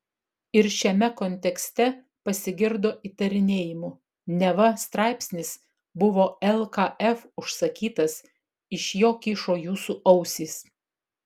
ir šiame kontekste pasigirdo įtarinėjimų neva straipsnis buvo lkf užsakytas iš jo kyšo jūsų ausys